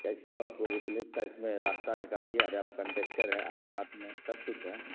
کیسے ہوگا کوئی ریپلیس کا اس میں راستہ نکالیے ارے آپ کنڈیکٹر ہیں آپ کے ہاتھ میں سب کچھ ہے